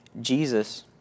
Jesus